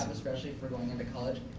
especially for going into college.